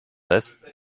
lässt